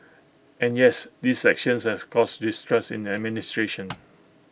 and yes these actions have caused distrust in administration